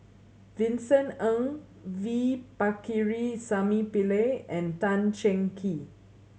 Vincent Ng V Pakirisamy Pillai and Tan Cheng Kee